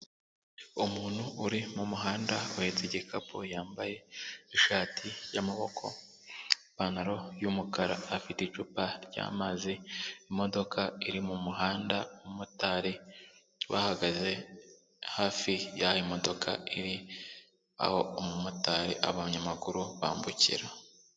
Umuntu uri mu muhanda uhetse igikapu yambaye ishati y'amaboko ipantaro y'umukara afite icupa ry'amazi imodoka iri mu muhanda umu motari ubahagaze hafi yaho imodoka iri aho umumotari abanyamaguru bambukira.